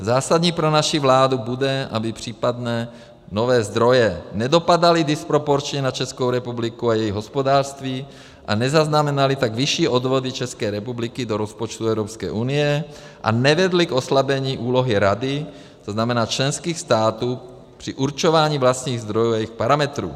Zásadní pro naši vládu bude, aby případné nové zdroje nedopadaly disproporčně na Českou republiku a její hospodářství a nezaznamenaly tak vyšší odvody České republiky do rozpočtu Evropské unie a nevedly k oslabení úlohy Rady, tzn. členských států, při určování vlastních zdrojů a jejich parametrů.